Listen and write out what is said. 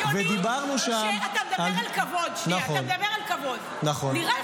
ודיברנו שם על --- תגיד לי,